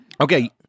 Okay